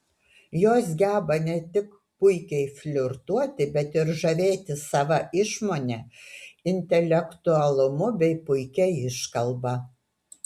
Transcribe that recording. jos geba ne tik puikiai flirtuoti bet ir žavėti sava išmone intelektualumu bei puikia iškalba